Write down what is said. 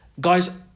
Guys